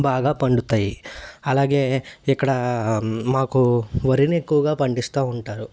బాగా పండుతాయి అలాగే ఇక్కడ మాకు వరిని ఎక్కువగా పండిస్తూ ఉంటారు